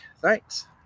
Thanks